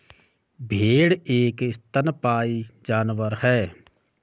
भेड़ एक स्तनपायी जानवर है